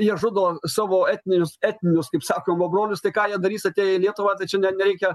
jie žudo savo etninius etninius kaip sakoma brolius tai ką jie darys atėję į lietuvą tai čia net reikia